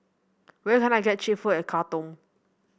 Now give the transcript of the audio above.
where can I get cheap food in Khartoum